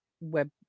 web